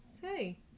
hey